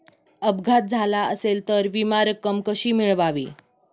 अपघात झाला असेल तर विमा रक्कम कशी मिळवावी?